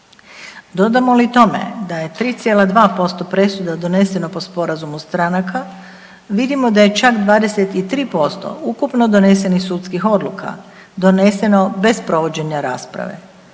Dodamo li tome da je 3,2% presuda doneseno po sporazumu stranaka vidimo da je čak 23% ukupno donesenih sudskih odluka doneseno bez provođenja rasprave.